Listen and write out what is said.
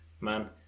man